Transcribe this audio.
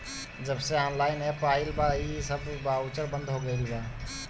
जबसे online app आईल बा इ सब बाउचर बंद हो गईल